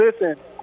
Listen